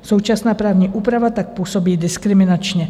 Současná právní úprava tak působí diskriminačně.